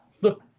Look